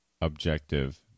objective